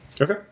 Okay